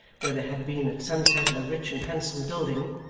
where there had been at sunset a rich and handsome building,